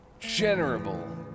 generable